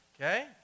Okay